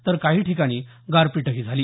तर काही ठिकाणी गारपीटही झाली